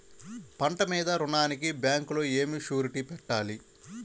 పంట మీద రుణానికి బ్యాంకులో ఏమి షూరిటీ పెట్టాలి?